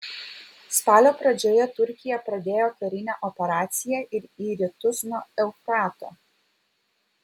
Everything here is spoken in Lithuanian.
spalio pradžioje turkija pradėjo karinę operaciją ir į rytus nuo eufrato